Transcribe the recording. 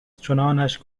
چنانش